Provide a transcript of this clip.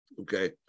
okay